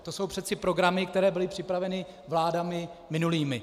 To jsou přece programy, které byly připraveny vládami minulými.